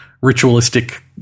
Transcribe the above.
ritualistic